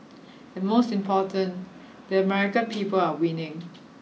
and most important the American people are winning